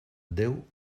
déu